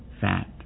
fat